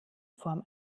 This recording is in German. form